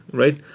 right